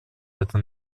это